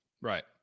Right